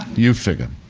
you figure.